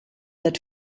that